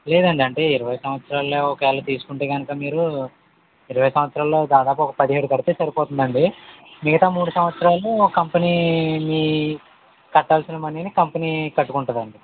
లేదండి అంటే ఇరవై సంవత్సరాలో ఒక వేళ తీసుకుంటే కనుక మీరు ఇరవై సంవస్తారాలలో దాదాపు ఒక పదిహేడు కడితే సరిపోతుందండి మిగతా మూడు సంవత్సరాలు కంపేనీ మీ కట్టాల్సిన మనీని కంపెనీ కట్టుకుంటుందండి